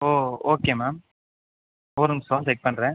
ஓ okay ma'am ஒரு நிமிடம் check பண்ணுறேன்